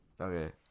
Okay